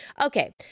Okay